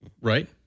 Right